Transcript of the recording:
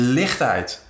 lichtheid